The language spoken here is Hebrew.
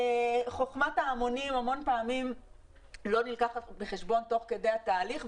חכמת ההמונים הרבה פעמים לא נלקחת בחשבון בתהליך,